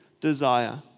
desire